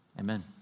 amen